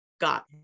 got